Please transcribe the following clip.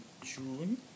June